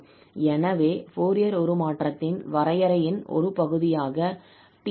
எனவே ஃபோரியர் உருமாற்றத்தின் வரையறையின் ஒரு பகுதியாக 𝑡𝑒−𝑎𝑡𝑒𝑖𝛼𝑡 உள்ளது